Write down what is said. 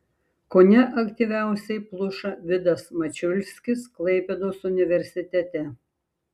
kone aktyviausiai pluša vidas mačiulskis klaipėdos universitete